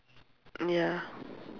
ya